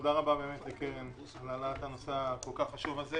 תודה רבה לחברת הכנסת ברק להעלאת הנושא החשוב הזה.